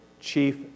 chief